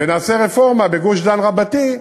ונעשה רפורמה בגוש-דן רבתי,